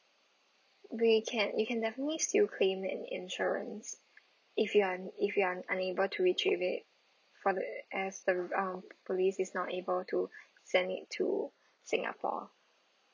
we can you can definitely still claim the insurance if you are if you are unable to retrieve it from the air service uh police is not able to send it to singapore